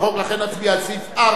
לכן נצביע על סעיף 4,